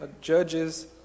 Judges